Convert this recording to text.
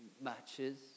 matches